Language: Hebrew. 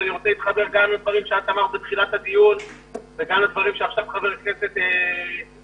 אני רוצה להתחבר לדברים שלך ושל חבר הכנסת לוי.